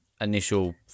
initial